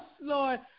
Lord